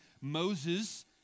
Moses